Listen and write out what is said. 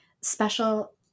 special